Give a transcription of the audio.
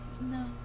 No